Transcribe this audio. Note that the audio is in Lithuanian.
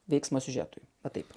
veiksmo siužetui va taip